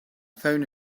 phone